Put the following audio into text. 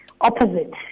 opposite